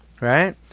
Right